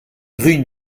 rue